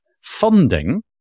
funding